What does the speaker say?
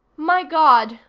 my god,